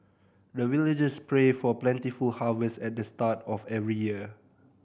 the villagers pray for plentiful harvest at the start of every year